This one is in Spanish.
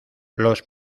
los